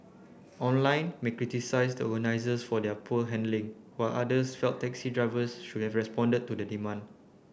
online may criticised the organisers for their poor handling while others felt taxi drivers should have responded to the demand